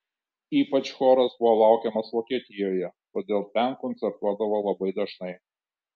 ypač choras buvo laukiamas vokietijoje todėl ten koncertuodavo labai dažnai